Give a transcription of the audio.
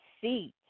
seat